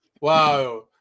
wow